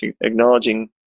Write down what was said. acknowledging